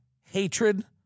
hatred